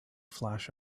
flash